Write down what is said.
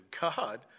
God